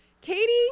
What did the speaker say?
Katie